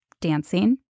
dancing